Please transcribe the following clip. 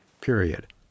period